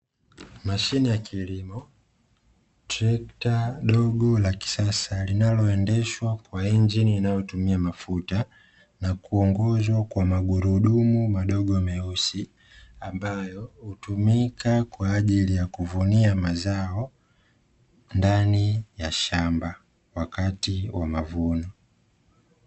Mashine ya kilimo trekta dogo la kisasa linaloendeshwa kwa injini inayotumia mafuta na kuogozwa na magurudumu madogo meusi, ambayo hutumika kwa ajili ya kuvunia mazao ndani ya shamba wakati wa mavuno.